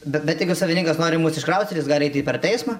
bet bet jeigu savininkas nori mus iškraustyti jūs galite per teismą